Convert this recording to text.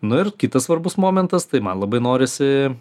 nu ir kitas svarbus momentas tai man labai norisi